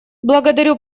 благодарю